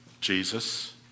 Jesus